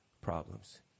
problems